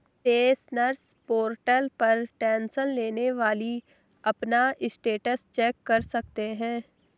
pensioners portal पर tension लेने वाली अपना स्टेटस चेक कर सकते हैं